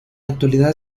actualidad